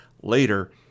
later